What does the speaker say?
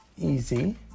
Easy